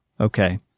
Okay